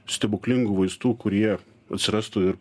stebuklingų vaistų kurie atsirastų ir